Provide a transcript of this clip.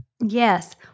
yes